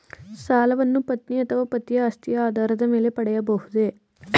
ಸಾಲವನ್ನು ಪತ್ನಿ ಅಥವಾ ಪತಿಯ ಆಸ್ತಿಯ ಆಧಾರದ ಮೇಲೆ ಪಡೆಯಬಹುದೇ?